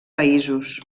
països